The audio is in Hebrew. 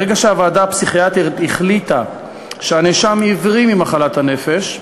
ברגע שהוועדה הפסיכיאטרית החליטה שהנאשם הבריא ממחלת הנפש,